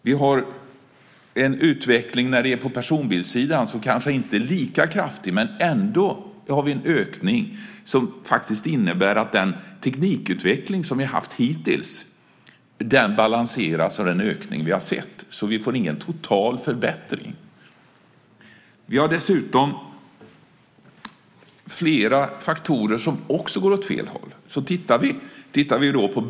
Vi har en utveckling på personbilssidan som kanske inte är lika kraftig, men vi har ändå en ökning som faktiskt innebär att den teknikutveckling som vi har haft hittills balanseras av den ökning vi har sett. Vi får alltså ingen total förbättring. Vi har dessutom flera andra faktorer som går åt fel håll.